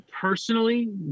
personally